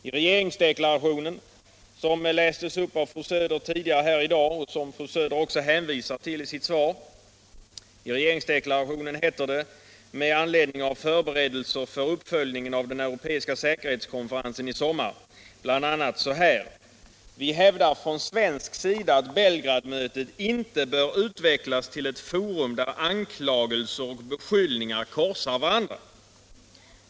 I regeringsdeklarationen — som lästes upp av fru Söder tidigare här i dag och som fru Söder nu hänvisar till i sitt svar — heter det med anledning av förberedelser för uppföljningen av den europeiska säkerhetskonferensen i sommar bl.a. att vi hävdar ”från svensk sida att Belgradmötet inte bör utvecklas till ett forum där anklagelser och beskyllningar korsar varandra”.